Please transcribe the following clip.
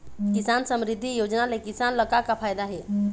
किसान समरिद्धि योजना ले किसान ल का का फायदा हे?